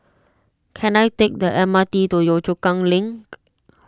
can I take the M R T to Yio Chu Kang Link